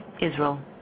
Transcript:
Israel